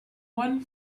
one